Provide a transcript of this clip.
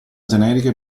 generiche